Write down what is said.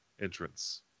entrance